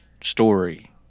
story